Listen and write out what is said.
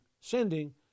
sending